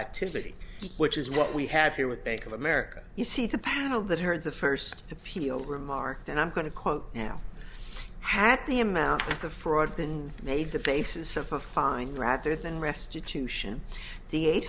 activity which is what we have here with bank of america you see the panel that heard the first appeal remarked and i'm going to quote now had the amount of fraud been made the basis of a fine rather than restitution the eight